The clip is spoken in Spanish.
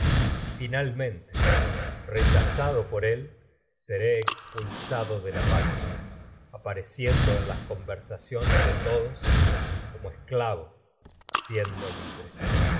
y finalmente rechazado en él seré expulsado de to la patria apareciendo las conversaciones en dos como esclavo siendo libre